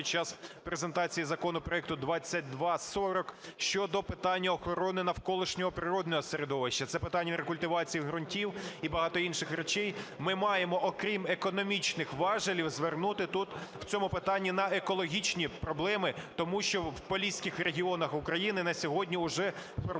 під час презентації законопроекту 2240 щодо питання охорони навколишнього природного середовища, це питання рекультивації ґрунтів і багато інших речей. Ми маємо, окрім економічних важелів, звернути тут в цьому питанні на екологічні проблеми. Тому що в Поліських регіонах України на сьогодні вже формується